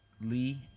Lee